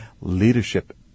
leadership